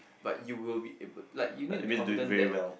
but you will be able like you need to be confident that